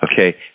Okay